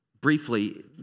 briefly